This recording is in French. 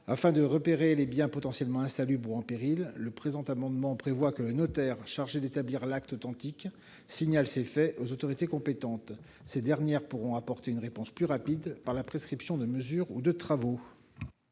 Afin de repérer les biens potentiellement insalubres ou en péril, le présent amendement vise à prévoir que le notaire chargé d'établir l'acte authentique signale ces faits aux autorités compétentes. Ces dernières pourront apporter une réponse plus rapide en prescrivant des mesures ou des travaux.